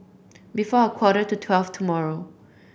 before a quarter to twelve tomorrow